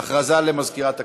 הודעה למזכירת הכנסת.